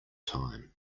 time